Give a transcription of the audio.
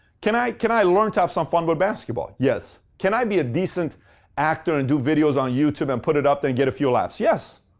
can i can i learn to have some fun with but basketball? yes. can i be a decent actor and do videos on youtube and put it up there and get a few laughs? yes.